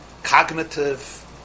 Cognitive